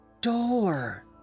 door